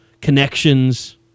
connections